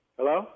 Hello